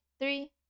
Three